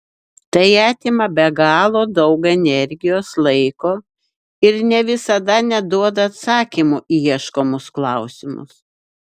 tai atima be galo daug energijos laiko ir ne visada net duoda atsakymų į ieškomus klausimus